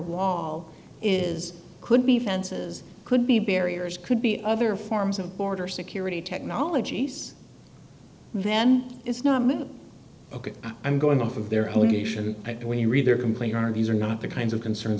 wall is could be fences could be barriers could be other forms of border security technologies then it's not ok i'm going off of their own nation when you read their complaint are these are not the kinds of concerns